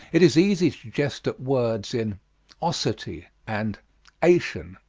it is easy to jest at words in osity and ation,